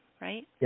Right